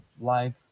life